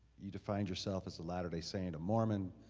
you defined yourself as a latter-day saint, a mormon.